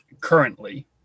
currently